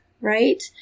right